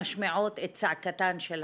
ומשמיעים את צעקתן של הנשים.